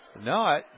No